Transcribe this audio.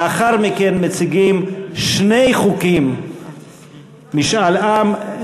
לאחר מכן מציגים שני חוקי משאל עם,